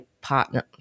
partner